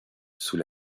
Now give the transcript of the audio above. sous